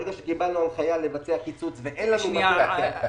ברגע שקיבלנו הנחיה לבצע קיצוץ ואין לנו --- רגע.